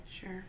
Sure